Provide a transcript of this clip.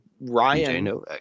Ryan